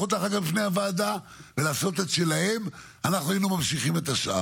מול הבוחרים שלהם זה החרדים ויש עתיד.